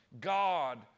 God